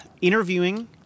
interviewing